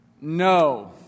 no